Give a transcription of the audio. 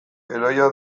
heroia